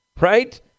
right